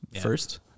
first